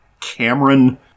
Cameron